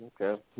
Okay